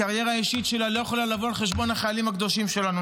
הקריירה האישית שלה לא יכולה לבוא על חשבון החיילים הקדושים שלנו,